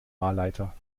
wahlleiter